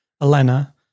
Elena